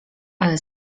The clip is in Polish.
ale